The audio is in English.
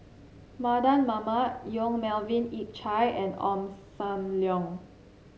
Mardan Mamat Yong Melvin Yik Chye and Ong Sam Leong